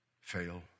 fail